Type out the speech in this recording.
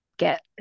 Get